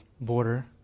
border